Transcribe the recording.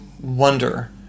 wonder